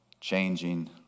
changing